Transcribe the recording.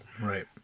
right